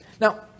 Now